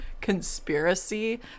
conspiracy